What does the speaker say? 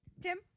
Tim